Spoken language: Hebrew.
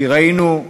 כי ראינו,